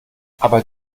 aber